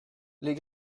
les